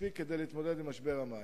מספיק כדי להתמודד עם משבר המים?